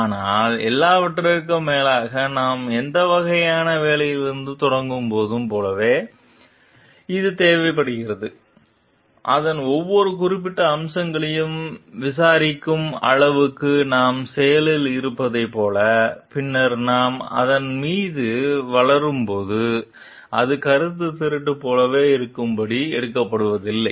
ஆனால் எல்லாவற்றிற்கும் மேலாக நாம் எந்த வகையான வேலையிலும் தொடங்கும்போது போல எனவே இது தேவைப்படுகிறது அதன் ஒவ்வொரு குறிப்பிட்ட அம்சங்களையும் விசாரிக்கும் அளவுக்கு நாம் செயலில் இருப்பதைப் போல பின்னர் நாம் அதன் மீது வளரும்போது அது கருத்துத் திருட்டு போல இருக்கும்படி எடுக்கப்படுவதில்லை